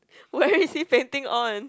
where is he painting on